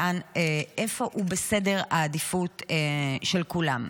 איפה הוא בסדר העדיפויות של כולם?